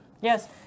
Yes